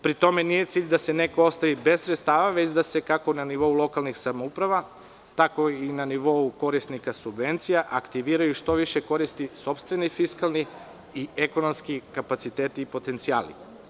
Pri tome, nije cilj da se neko ostavi bez sredstava, već da se kako na nivou lokalnih samouprava, tako i na nivou korisnika subvencija aktiviraju što više koristi sopstveni fiskalni i ekonomski kapaciteti i potencijali.